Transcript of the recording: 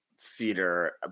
theater